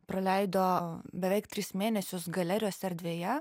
praleido beveik tris mėnesius galerijos erdvėje